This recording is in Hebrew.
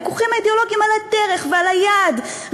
הוויכוחים האידיאולוגיים על הדרך ועל היעד,